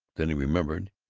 then he remembered.